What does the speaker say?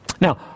Now